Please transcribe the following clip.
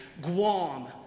Guam